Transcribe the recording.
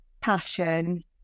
passion